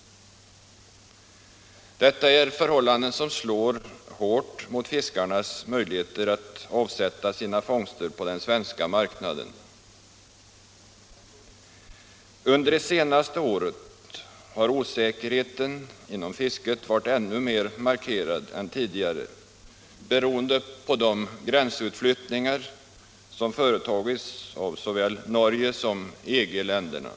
Detta är förhållanden som slår hårt mot fiskarnas möjligheter att avsätta sina fångster på den svenska marknaden. Under det senaste året har osäkerheten inom fisket varit ännu mer markerad än tidigare, beroende på de fiskegränsutflyttningar som företagits av såväl Norge som EG-länderna.